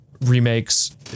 remakes